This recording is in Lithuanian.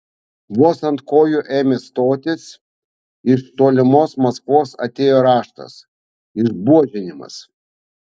vos ant kojų ėmė stotis iš tolimos maskvos atėjo raštas išbuožinimas